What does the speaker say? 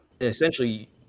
Essentially